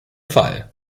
fall